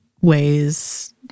ways